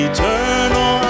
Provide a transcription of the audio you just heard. Eternal